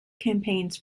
campaigns